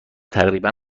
تقریبا